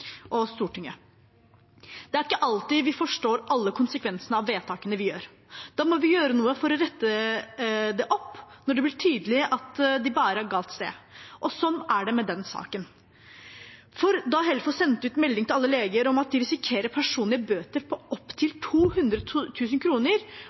og Stortinget. Det er ikke alltid vi forstår alle konsekvensene av vedtakene vi gjør. Da må vi gjøre noe for å rette det opp når det blir tydelig at det bærer galt av sted, og sånn er det med denne saken. Da Helfo sendte ut melding til alle leger om at de risikerer personlige bøter på